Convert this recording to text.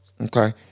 Okay